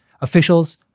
officials